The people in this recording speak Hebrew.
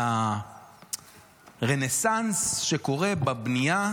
לרנסנס שקורה בבנייה,